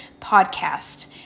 podcast